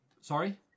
Sorry